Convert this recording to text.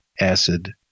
acid